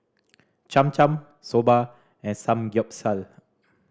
Cham Cham Soba and Samgeyopsal